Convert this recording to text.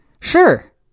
Sure